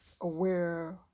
aware